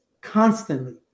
Constantly